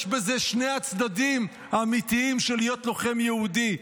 יש בזה שני הצדדים האמיתיים של להיות לוחם יהודי,